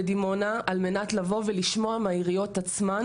ודימונה כל מנת לבוא ולשמוע מהעיריות עצמן